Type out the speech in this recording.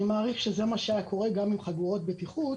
אני מעריך שזה מה שהיה קורה גם עם חגורות בטיחות,